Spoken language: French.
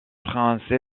prince